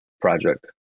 project